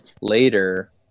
later